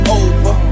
over